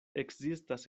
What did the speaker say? ekzistas